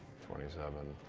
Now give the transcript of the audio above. twenty seven,